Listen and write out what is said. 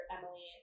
Emily